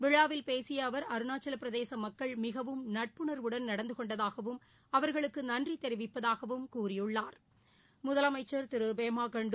விழாவில் பேசிய அவர் அருணாச்சல பிரதேச மக்கள் மிகவும் நட்புணர்வுடன் நடந்து கொண்டதாகவும் அவர்களுக்கு நன்றி தெரிவிப்பதாகவும் அவர் கூறினார் முதலமைச்சர் திரு பேமா கண்டு